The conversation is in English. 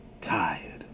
tired